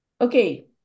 Okay